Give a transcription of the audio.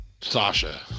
Sasha